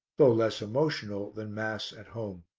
though less emotional, than mass at home.